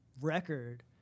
record